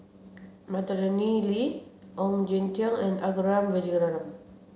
Madeleine Lee Ong Jin Teong and Arumugam Vijiaratnam